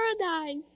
paradise